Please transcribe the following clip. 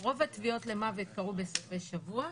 רוב הטביעות שהסתיימו במוות קרו בסופי שבוע,